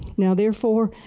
now therefore,